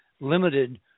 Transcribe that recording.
limited